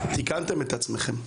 תיקנתם את עצמכם,